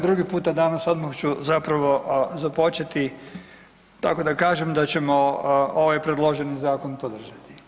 drugi puta danas odmah ću zapravo započeti tako da kažem da ćemo ovaj predloženi zakon podržati.